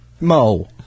Mo